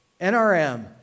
NRM